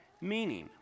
meaning